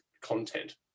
content